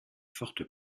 forte